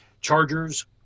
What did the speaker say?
Chargers